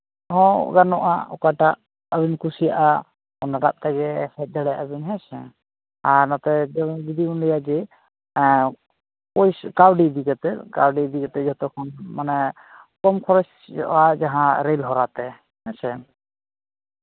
ᱪᱮᱫ ᱦᱚᱸ ᱵᱟᱹᱱᱩᱜᱼᱟ ᱚᱠᱟᱴᱟᱜ ᱟᱨᱚᱧ ᱠᱩᱥᱤᱭᱟᱜᱼᱟ ᱚᱱᱟᱴᱟᱜ ᱛᱮᱜᱮ ᱦᱮᱡ ᱫᱟᱲᱮᱭᱟᱜᱼᱟ ᱵᱤᱱ ᱦᱮᱸ ᱥᱮ ᱟᱨ ᱱᱚᱛᱮ ᱡᱩᱫᱤ ᱵᱮᱱ ᱞᱟᱹᱭᱟ ᱡᱮ ᱯᱚᱭᱥᱟ ᱠᱟᱹᱣᱰᱤ ᱤᱫᱤ ᱠᱟᱛᱮᱫ ᱠᱟᱹᱣᱰᱤ ᱤᱫᱤ ᱠᱟᱛᱮᱫ ᱡᱚᱛᱚᱠᱷᱚᱱ ᱢᱟᱱᱮ ᱠᱚᱢ ᱠᱷᱚᱨᱚᱪᱚᱜᱼᱟ ᱡᱟᱦᱟᱸ ᱨᱮᱹᱞ ᱦᱚᱨᱟ ᱛᱮ ᱦᱮᱸ ᱥᱮ